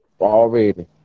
Already